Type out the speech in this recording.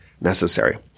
necessary